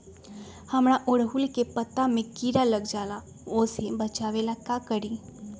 हमरा ओरहुल के पत्ता में किरा लग जाला वो से बचाबे ला का करी?